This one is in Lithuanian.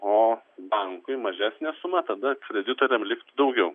o bankui mažesnė suma tada kreditoriam liktų daugiau